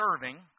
serving